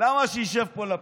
למה שישב פה לפיד,